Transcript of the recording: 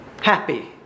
happy